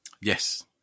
Yes